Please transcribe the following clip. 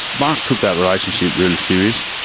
mark took that relationship really serious.